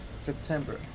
September